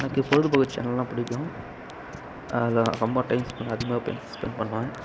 எனக்கு பொழுதுப்போக்கு சேனல்லாம் பிடிக்கும் அதில் ரொம்ப டைம் ஸ்பென்ட் அதிகமாக டைம் ஸ்பென்ட் பண்ணுவேன்